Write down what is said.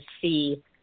see